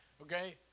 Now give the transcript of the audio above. Okay